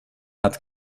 hat